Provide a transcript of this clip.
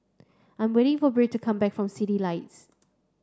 I'm waiting for Britt to come back from Citylights